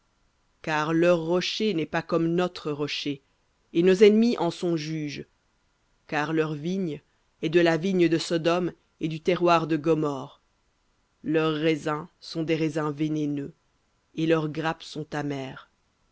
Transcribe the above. car leur rocher n'est pas comme notre rocher et nos ennemis en sont juges car leur vigne est de la vigne de sodome et du terroir de gomorrhe leurs raisins sont des raisins vénéneux et leurs grappes sont amères